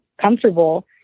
comfortable